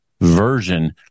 version